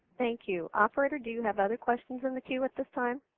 thank you. operator, do you have other questions from the queue at this time?